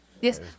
Yes